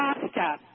pasta